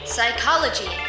Psychology